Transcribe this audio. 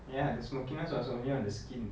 ya the smokiness was only on the skin